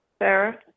Sarah